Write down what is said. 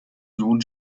sohn